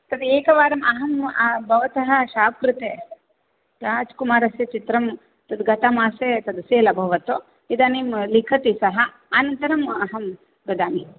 तद् एकवारम् अहं भवतः शाप् कृते राजकुमारस्य चित्रं तद् गतमासे तद् सेल् अभवत् इदानीं लिखति सः अनन्तरम् अहं वदामि